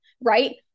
right